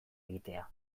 egitea